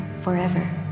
forever